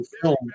film